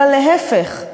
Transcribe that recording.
אלא להפך,